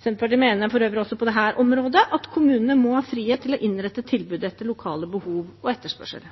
Senterpartiet mener for øvrig også på dette området at kommunene må ha frihet til å innrette tilbudet etter lokale behov og lokal etterspørsel.